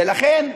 ולכן,